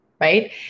right